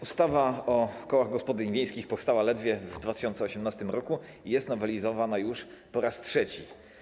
Ustawa o kołach gospodyń wiejskich powstała ledwie w 2018 r. i jest nowelizowana już po raz trzeci.